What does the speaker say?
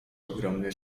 ogromny